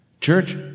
Church